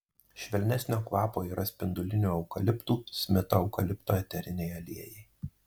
švelnesnio kvapo yra spindulinių eukaliptų smito eukalipto eteriniai aliejai